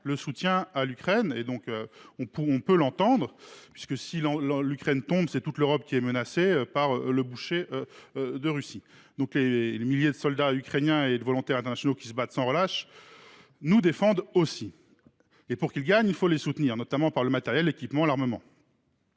le soutien à l’Ukraine, ce que l’on peut entendre. En effet, si l’Ukraine tombe, c’est l’Europe entière qui sera menacée par le boucher de Russie. Les milliers de soldats ukrainiens et de volontaires internationaux qui se battent sans relâche nous défendent aussi, et pour qu’ils gagnent, il faut les soutenir, avec du matériel, de l’équipement, de l’armement.